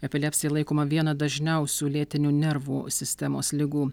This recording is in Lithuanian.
epilepsija laikoma viena dažniausių lėtinių nervų sistemos ligų